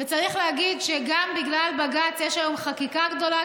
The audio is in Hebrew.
וצריך להגיד שגם בגלל בג"ץ יש היום חקיקה גדולה,